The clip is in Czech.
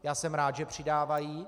Já jsem rád, že přidávají.